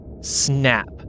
snap